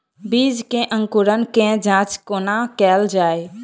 बीज केँ अंकुरण केँ जाँच कोना केल जाइ?